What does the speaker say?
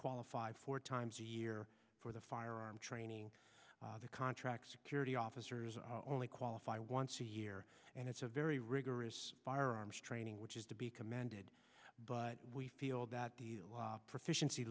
qualify four times a year for the firearm training the contract security officers only qualify once a year and it's a very rigorous firearms training which is to be commended but we feel that the proficiency